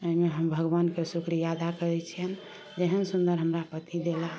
अइमे हम भगवानके शुक्रिया अदा करय छियनि जे एहन सुन्दर हमरा पति देला